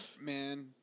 Man